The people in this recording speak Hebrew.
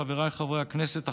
חבריי חברי הכנסת,